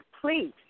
please